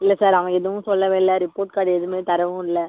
இல்லை சார் அவன் எதுவும் சொல்லவே இல்லை ரிப்போர்ட் கார்ட் எதுவுமே தரவும் இல்லை